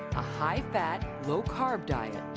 a high fat, low carb diet,